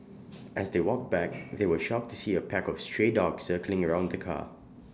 as they walked back they were shocked to see A pack of stray dogs circling around the car